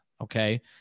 Okay